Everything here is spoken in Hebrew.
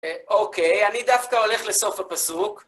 אוקיי, אני דווקא הולך לסוף הפסוק.